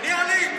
אני אלים?